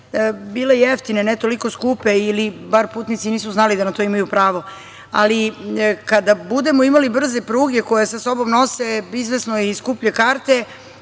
bile jeftine, ne toliko skupe, ili bar putnici nisu znali da na to imaju pravo. Ali, kada budemo imali brze pruge, koje sa sobom nose izvesno i skuplje karte,